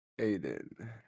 Aiden